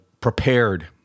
prepared